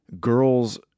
girls